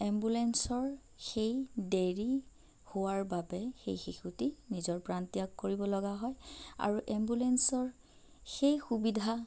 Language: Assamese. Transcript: এম্বুলেঞ্চৰ সেই দেৰী হোৱাৰ বাবে সেই শিশুটি নিজৰ প্ৰাণ ত্যাগ কৰিব ল'গা হয় আৰু এম্বুলেঞ্চৰ সেই সুবিধা